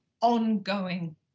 ongoing